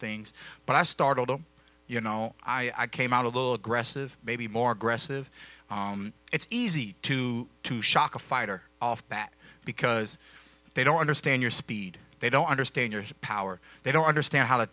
things but i started on you know i came out a little aggressive maybe more aggressive it's easy to to shock a fighter off that because they don't understand your speed they don't understand your power they don't understand how t